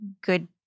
good